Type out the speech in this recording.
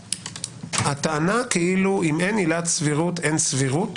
הטענה כאילו אם אין עילת סבירות, אין סבירות